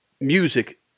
music